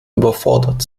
überfordert